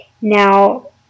Now